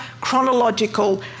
chronological